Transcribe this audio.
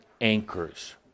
anchors